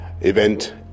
event